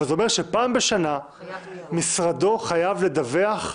אבל זה אומר שפעם בשנה משרדו חייב לדווח לוועדה.